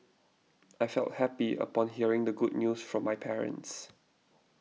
I felt happy upon hearing the good news from my parents